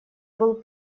был